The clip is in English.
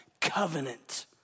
covenant